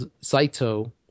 Saito